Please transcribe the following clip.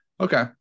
Okay